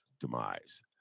demise